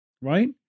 right